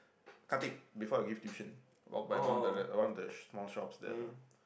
cut it before I give tuition by one of the one of the small shops there lah